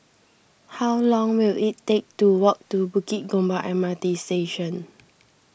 how long will it take to walk to Bukit Gombak M R T Station